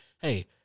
hey